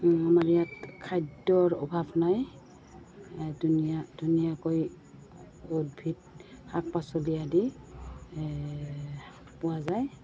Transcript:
আমাৰ ইয়াত খাদ্যৰ অভাৱ নাই ধুনীয়া ধুনীয়াকৈ উদ্ভিদ শাক পাচলি আদি পোৱা যায়